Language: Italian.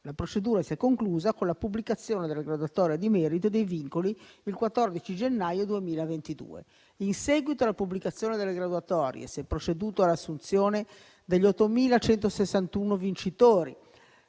La procedura si è conclusa con la pubblicazione delle graduatorie di merito e dei vincoli il 14 gennaio 2022. In seguito alla pubblicazione delle graduatorie si è proceduto all'assunzione degli 8.161 vincitori